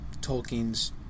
Tolkien's